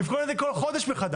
לבחון את זה כל חודש מחדש,